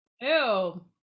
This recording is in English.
Ew